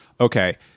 okay